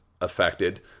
affected